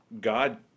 God